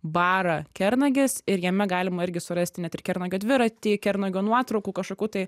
barą kernagis ir jame galima irgi surasti net ir kernagio dviratį kernagio nuotraukų kažkokių tai